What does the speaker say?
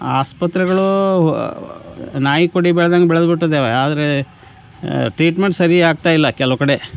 ಆಸ್ಪತ್ರೆಗಳು ನಾಯಿಕೊಡೆ ಬೆಳದಂಗೆ ಬೆಳೆದುಬಿಟ್ಟಿದ್ದವೆ ಆದರೆ ಟ್ರೀಟ್ಮೆಂಟ್ ಸರಿ ಆಗ್ತಾ ಇಲ್ಲ ಕೆಲವು ಕಡೆ